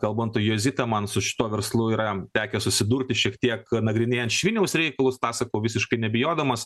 kalbant tuo jozita man su šituo verslu yra tekę susidurti šiek tiek nagrinėjant šviniaus reikalus pasakojau visiškai nebijodamas